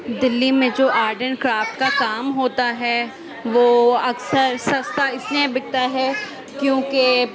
دلی میں جو art and craft کا آپ کا جو کام ہوتا ہے وہ اکثر سستا اس لیے بکتا ہے کیوں کہ